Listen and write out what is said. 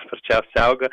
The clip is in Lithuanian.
sparčiausiai auga